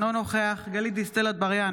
אינו נוכח גלית דיסטל אטבריאן,